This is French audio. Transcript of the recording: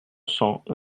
cents